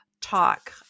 talk